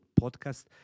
Podcast